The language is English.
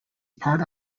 part